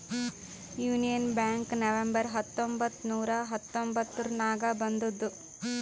union Bank November ಹತ್ತೊಂಬತ್ತ್ ನೂರಾ ಹತೊಂಬತ್ತುರ್ನಾಗ್ ಬಂದುದ್